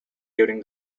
during